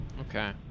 Okay